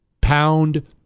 Pound